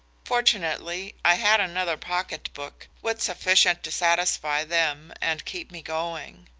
fortunately, i had another pocketbook, with sufficient to satisfy them and keep me going.